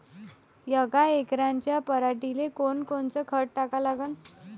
यका एकराच्या पराटीले कोनकोनचं खत टाका लागन?